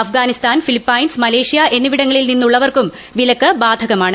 Afghanistan Philippines Malaysia എന്നിവിടങ്ങളിൽ നിന്നുള്ളവർക്കും വിലക്ക് ബാധകമാണ്